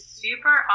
super